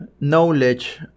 knowledge